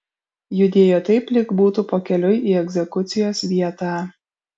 judėjo taip lyg būtų pakeliui į egzekucijos vietą